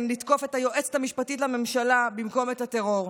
לתקוף את היועצת המשפטית לממשלה במקום את הטרור.